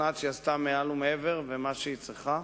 משוכנעת שהיא עשתה מעל ומעבר למה שהיא צריכה.